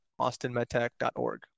austinmedtech.org